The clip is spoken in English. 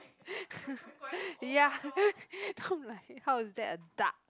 ya then I'm like how is that a duck